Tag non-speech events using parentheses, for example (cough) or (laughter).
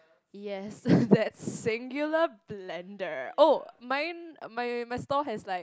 yes (breath) that singular blender oh mine my my store has like